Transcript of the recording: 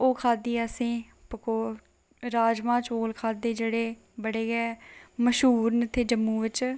ओह् खाद्धी असें पकोड़े राजमांह् चौल खाद्धे जेहड़े बड़े गै मश्हूर न इत्थै जम्मू बिच